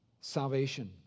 salvation